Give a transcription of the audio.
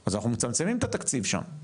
אז אנחנו מצמצמים את התקציב שם,